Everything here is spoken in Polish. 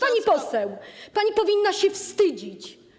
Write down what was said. Pani poseł, pani powinna się wstydzić.